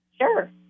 Sure